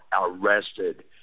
arrested